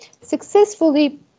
successfully